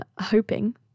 hoping